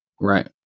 right